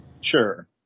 Sure